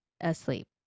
asleep